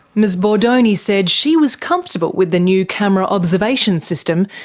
ms bordoni said she was comfortable with the new camera observation system,